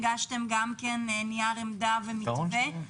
הגשתם גם נייר עמדה ומתווה.